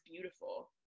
beautiful